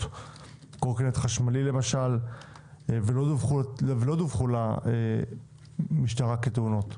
קורקינט חשמלי למשל ולא דווחו למשטרה כתאונות.